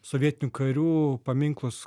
sovietinių karių paminklus